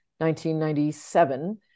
1997